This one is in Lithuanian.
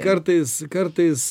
kartais kartais